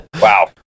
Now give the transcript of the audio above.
Wow